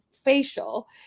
facial